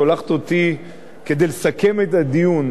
שולחת אותי כדי לסכם את הדיון,